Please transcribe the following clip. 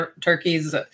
turkeys